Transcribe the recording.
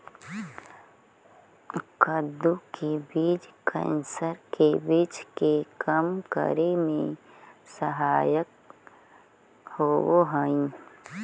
कद्दू के बीज कैंसर के विश्व के कम करे में सहायक होवऽ हइ